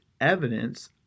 evidence